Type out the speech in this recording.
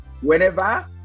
Whenever